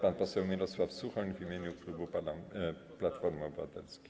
Pan poseł Mirosław Suchoń w imieniu klubu Platformy Obywatelskiej.